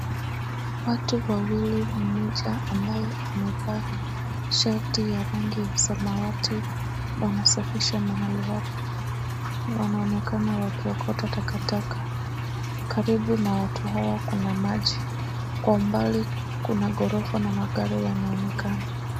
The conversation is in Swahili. Watu wawili, mmoja ambaye amevaa shati ya rangi ya samawati wanasafisha mahali hapo. Wanaonekana wakiokota takataka. Karibu na watu hawa, kuna maji, kwa mbali kuna ghorofa na magari yanaonekana.